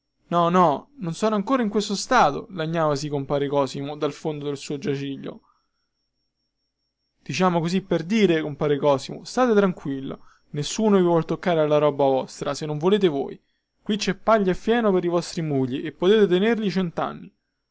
no no ancora non sono in questo stato lagnavasi compare cosimo dal fondo del suo giaciglio diciamo così per dire compare cosimo state tranquillo nessuno vi vuol toccare la roba vostra se non volete voi qui cè paglia e fieno per i vostri muli e potete tenerceli centanni